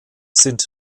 sind